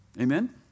Amen